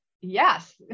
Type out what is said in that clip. yes